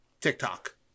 TikTok